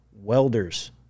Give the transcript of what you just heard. welders